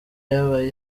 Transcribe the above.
y’aba